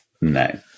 No